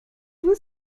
vous